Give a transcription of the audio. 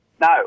No